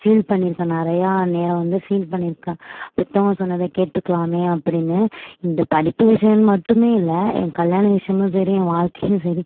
feel பண்ணிருக்கேன் நிறையா நேரம் வந்து ஃபீல் பண்ணிருக்கேன் பெத்தவங்க சொன்னதை கேட்டுருக்கலாமே அப்படின்னு இந்த படிப்பு விஷயன்னு மட்டுமே இல்லை ஏன் கல்யாண விஷயமும் சரி ஏன் வாழ்க்கையும் சரி